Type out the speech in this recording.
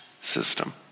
system